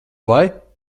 vai